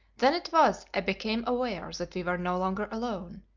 then it was i became aware that we were no longer alone,